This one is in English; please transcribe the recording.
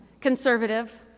conservative